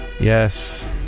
Yes